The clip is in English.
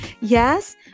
yes